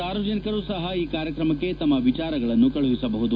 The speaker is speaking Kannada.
ಸಾರ್ವಜನಿಕರು ಸಪ ಈ ಕಾರ್ಯಕ್ರಮಕ್ಕೆ ತಮ್ಮ ವಿಚಾರಗಳನ್ನು ಕಳಿಸಬಹುದು